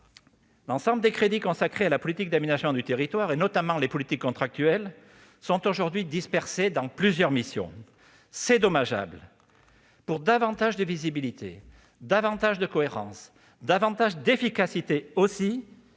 L'ensemble des crédits consacrés à la politique d'aménagement du territoire, et notamment aux politiques contractuelles, sont dispersés dans plusieurs missions, ce qui est dommageable. Pour davantage de visibilité, de cohérence et d'efficacité,